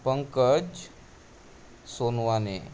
Pankaj Sonawane